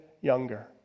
younger